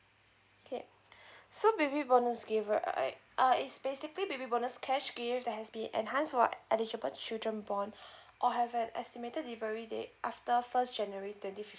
okay so baby bonus gift right uh is basically baby bonus cash gift that has be enhanced for eligible children born or have an estimated delivery day after first january twenty fifth